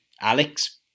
Alex